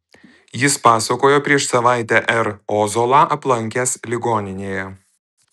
jis pasakojo prieš savaitę r ozolą aplankęs ligoninėje